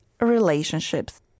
relationships